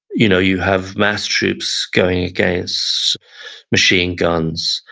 you know you have mass troops going against machine guns,